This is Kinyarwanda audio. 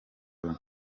rumwe